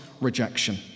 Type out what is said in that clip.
rejection